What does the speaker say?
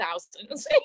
thousands